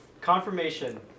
confirmation